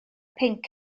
pinc